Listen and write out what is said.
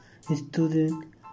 student